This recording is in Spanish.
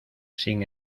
sin